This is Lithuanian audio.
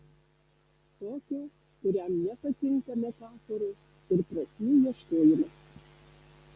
tokio kuriam nepatinka metaforos ir prasmių ieškojimas